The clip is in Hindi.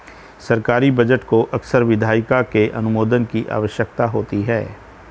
सरकारी बजट को अक्सर विधायिका के अनुमोदन की आवश्यकता होती है